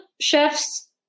chefs